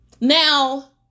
Now